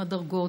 עם הדרגות,